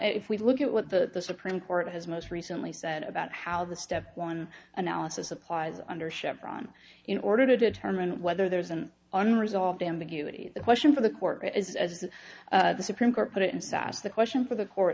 if we look at what the supreme court has most recently said about how the step one analysis applies under chevron in order to determine whether there's an unresolved ambiguity the question for the court is as the supreme court put it in sas the question for the court